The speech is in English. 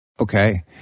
Okay